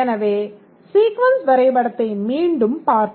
எனவே சீக்வென்ஸ் வரைபடத்தை மீண்டும் பார்ப்போம்